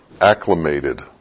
acclimated